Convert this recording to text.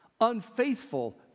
unfaithful